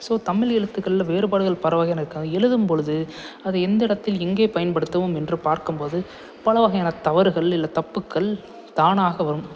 so Tamil எழுத்துக்கள்ல வேறுபாடுகள் பல வகையான இருக்குது அதை எழுதும் பொழுது அதை எந்த இடத்தில் எங்கே பயன்படுத்தவும் என்று பார்க்கும் போது பலவகையான தவறுகள் இல்லை தப்புக்கள் தானாக வரும்